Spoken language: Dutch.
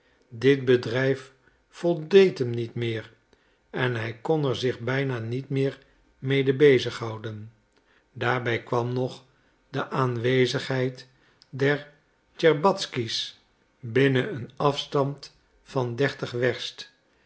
dit bedrijf voldeed hem niet meer en hij kon er zich bijna niet meer mede bezighouden daarbij kwam nog de aanwezigheid der tscherbatzky's binnen een afstand van dertig werst